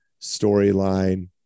storyline